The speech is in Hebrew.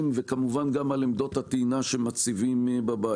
וכמובן גם על עמדות הטעינה שמציבים בבית.